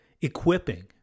Equipping